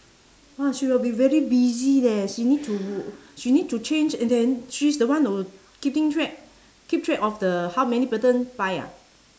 !wah! she will be very busy leh she need to she need to change and then she's the one who keeping track keep track of the how many person buy ah